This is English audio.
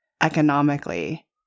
economically